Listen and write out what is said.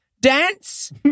dance